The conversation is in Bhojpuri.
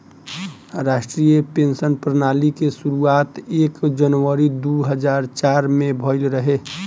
राष्ट्रीय पेंशन प्रणाली के शुरुआत एक जनवरी दू हज़ार चार में भईल रहे